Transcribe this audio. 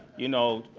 you know,